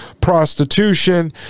prostitution